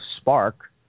Spark